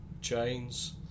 Chains